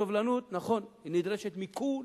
סובלנות, נכון, היא נדרשת מכולם.